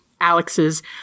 Alex's